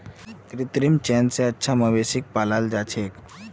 कृत्रिम चयन स अच्छा नस्लेर मवेशिक पालाल जा छेक